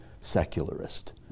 secularist